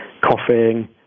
coughing